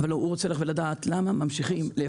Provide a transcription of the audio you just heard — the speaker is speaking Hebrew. אין בררה, זה המצב.